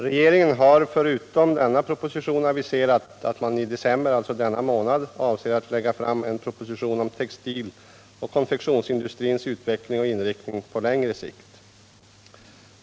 Regeringen har förutom denna proposition aviserat att man i december, alltså denna månad, avser att lägga fram en proposition om textiloch konfektionsindustrins utveckling och inriktning på längre sikt.